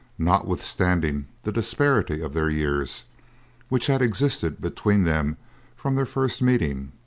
notwithstanding the disparity of their years which had existed between them from their first meeting,